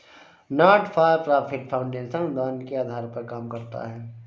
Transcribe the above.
not for profit foundation अनुदान के आधार पर काम करता है